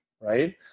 right